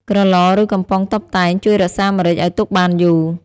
ក្រឡ ឬ កំប៉ុងតុបតែង ជួយរក្សាម្រេចឱ្យទុកបានយូរ។